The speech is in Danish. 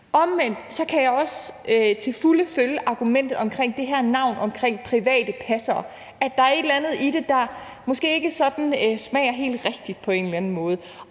Omvendt kan jeg også til fulde følge argumentet om det her med navnet private passere, altså at der er et eller andet i det, der måske ikke smager helt rigtigt på en eller anden måde.